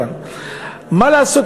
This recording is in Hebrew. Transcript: מה לעשות,